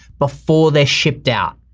before they're shipped out.